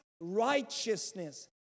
righteousness